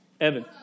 Evan